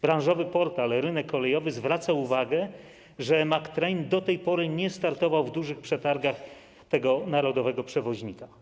Branżowy portal „Rynek Kolejowy” zwraca uwagę, że Mag-Train do tej pory nie startował w dużych przetargach narodowego przewoźnika.